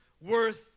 worth